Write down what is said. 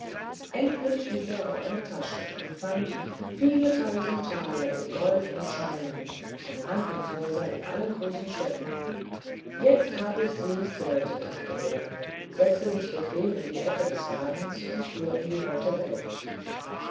endlich stieß er auf eine tasche und fand viele tausend taler in gold und scheinen auf handlungshäuser in allen großen städten jetzt hab ich's wie ich's wollte dachte er setzte sich bequem in die ecke des wagens und fuhr in die weite welt